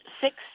six